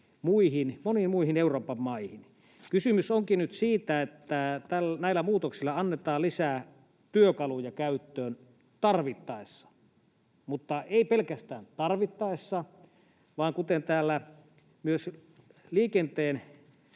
moniin muihin Euroopan maihin. Kysymys onkin nyt siitä, että näillä muutoksilla annetaan lisää työkaluja käyttöön tarvittaessa, mutta ei pelkästään tarvittaessa, vaan kuten täällä myös liikenteen